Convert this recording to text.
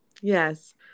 Yes